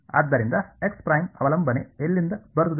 ಆದ್ದರಿಂದ ಅವಲಂಬನೆ ಎಲ್ಲಿಂದ ಬರುತ್ತದೆ